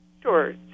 Sure